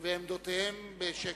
ועמדותיהם בשקט.